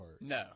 No